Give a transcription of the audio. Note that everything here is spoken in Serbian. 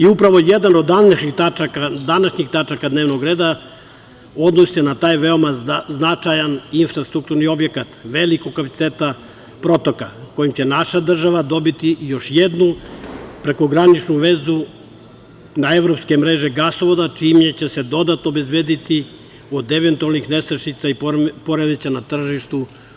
Upravo jedna od današnjih tačaka dnevnog reda odnosi se na taj veoma značajan infrastrukturni objekat, velikog kapaciteta i protoka kojim će naša država dobiti još jednu prekograničnu vezu na evropsku mrežu gasovoda, a čime će se dodatno obezbediti ovaj energent od eventualnih nestašica i poremećaja na tržištu.